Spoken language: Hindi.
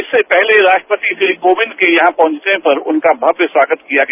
इससे पहले राष्ट्रपति श्री कोविंद के यहां पहुंचने पर उनका भव्य स्वागत किया गया